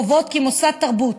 קובעות כי מוסד תרבות,